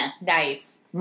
Nice